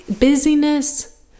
busyness